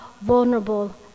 vulnerable